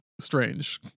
Strange